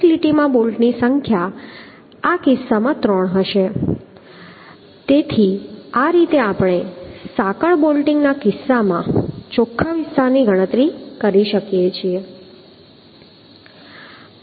એક લીટીમાં બોલ્ટની સંખ્યા આ કિસ્સામાં 3 હશે તેથી આ રીતે આપણે સાંકળ બોલ્ટિંગના કિસ્સામાં ચોખ્ખા વિસ્તારની ગણતરી કરી શકીએ છીએ